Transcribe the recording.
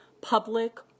public